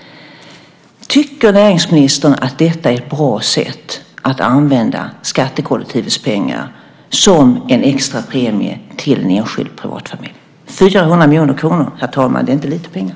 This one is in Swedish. Tycker näringsministern att det är ett bra sätt att använda skattekollektivets pengar som en extra premie till en enskild privatfamilj? 400 miljoner kronor, herr talman, är inte lite pengar.